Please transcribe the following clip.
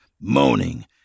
moaning